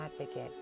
advocate